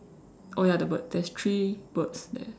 oh ya the bird there's three birds there